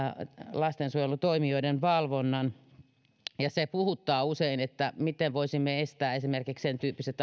lastensuojelutoimijoiden valvonnan se puhuttaa usein miten voisimme estää esimerkiksi sen tyyppiset